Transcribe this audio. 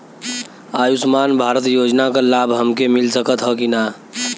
आयुष्मान भारत योजना क लाभ हमके मिल सकत ह कि ना?